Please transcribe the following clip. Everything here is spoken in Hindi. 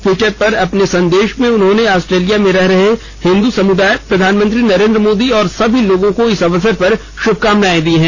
ट्वीटर पर अपने संदेश में उन्होंने ऑस्ट्रेलिया में रह रहे हिंदू समुदाय प्रधानमंत्री नरेन्द्र मोदी और सभी लोगों को इस अवसर पर शुभकामनाएं दीं